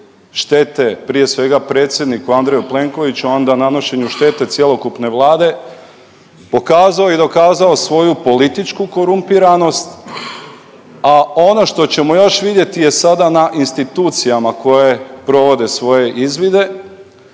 štete prije svega predsjedniku Andreju Plenkoviću, a onda nanošenju štete cjelokupne Vlade pokazao i dokazao svoju političku korumpiranost, a ono što ćemo još vidjeti je sada na institucijama koje provode svoje izvide.